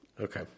Okay